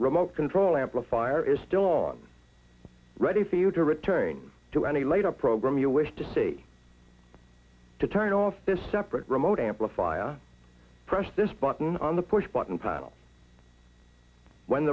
remote control amplifier is still on ready for you to return to any later program you wish to see to turn off his separate remote amplifier press this button on the push button panel when